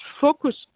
focus